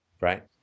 Right